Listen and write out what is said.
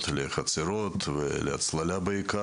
לחצרות ולהצללה,